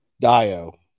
Dio